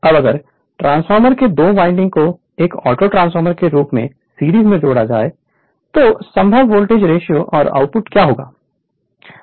अब अगर ट्रांसफ़ॉर्मर के 2 वाइंडिंग को एक ऑटोट्रांसफ़ॉर्मर के रूप में सीरीज में जोड़ा जाए तो संभव वोल्टेज रेशियो और आउटपुट क्या होंगे